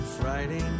Friday